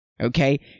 Okay